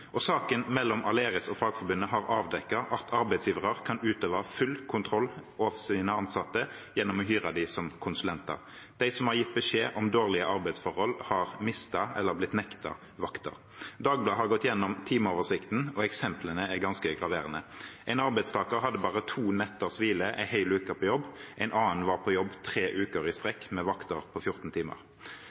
Saken mellom Aleris og Fagforbundet har avdekket at arbeidsgivere kan utøve full kontroll over sine ansatte gjennom å hyre dem som konsulenter. De som har gitt beskjed om dårlige arbeidsforhold, har mistet eller blitt nektet vakter. Dagbladet har gått igjennom teamoversikten, og eksemplene er ganske graverende. Én arbeidstaker hadde bare to netters hvile en hel uke på jobb, en annen var på jobb tre uker i strekk med vakter på 14 timer.